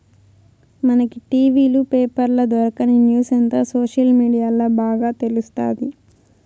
మనకి టి.వీ లు, పేపర్ల దొరకని న్యూసంతా సోషల్ మీడియాల్ల బాగా తెలుస్తాది